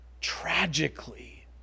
tragically